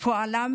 פועלם